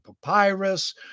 papyrus